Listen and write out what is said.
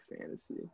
fantasy